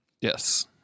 Yes